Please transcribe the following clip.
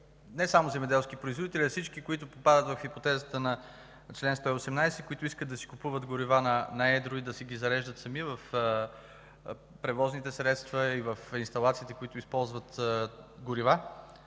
не само земеделски производители, а всички, които попадат в хипотезата на чл. 118, които искат да си купуват горива на едро и да си ги зареждат сами в превозните средства и в инсталациите, които използват за горива,